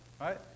right